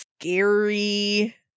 scary